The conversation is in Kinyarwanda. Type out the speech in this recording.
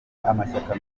amashyaka